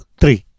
three